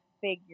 figure